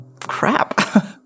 crap